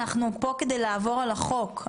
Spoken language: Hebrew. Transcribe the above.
אנחנו פה כדי לעבור על החוק,